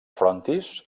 frontis